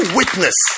witness